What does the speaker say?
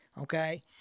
Okay